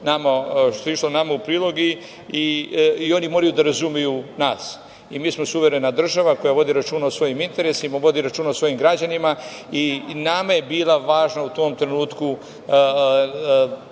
što je išlo nama u prilog i oni moraju da razumeju nas. Mi smo suverena država koja vodi računa o svojim interesima, vodi računa o svojim građanima. Nama je bila važna u tom trenutku